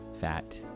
Fat